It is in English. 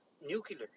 nuclear